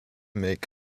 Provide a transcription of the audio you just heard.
make